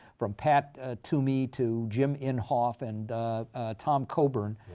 from pat toomey to jim inhofe and tom coburn.